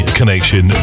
connection